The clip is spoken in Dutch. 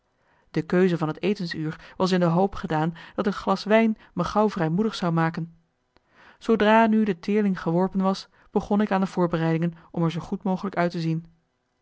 de keuze van het etensuur was in de hoop gedaan dat een glas wijn me gauw vrijmoedig zou maken zoodra nu de teerling geworpen was begon ik aan de voorbereidingen om er zoo goed mogelijk uit te zien